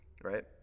right